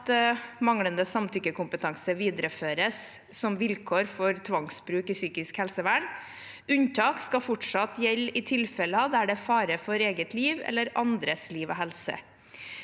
at manglende samtykkekompetanse videreføres som vilkår for tvangsbruk i psykisk helsevern. Unntak skal fortsatt gjelde i tilfeller der det er fare for eget liv eller andres liv og helse.